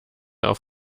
auf